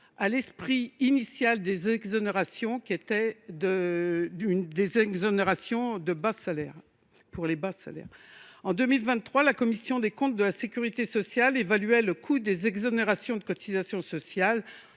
le coût du travail sur les bas salaires. En 2023, la Commission des comptes de la sécurité sociale évaluait le coût des exonérations de cotisations sociales